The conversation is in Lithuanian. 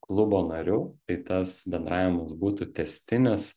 klubo nariu tai tas bendravimas būtų tęstinis